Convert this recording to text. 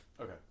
okay